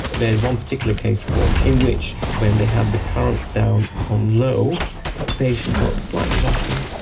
there's one particular case report in which when they had the current down on low the patient felt a slight rocking.